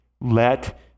let